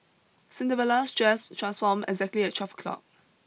Cinderella's dress transformed exactly at twelve o'clock